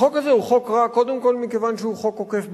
החוק הזה הוא חוק רע קודם כול מכיוון שהוא חוק עוקף-בג"ץ.